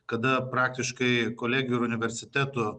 kada praktiškai kolegijų ir universitetų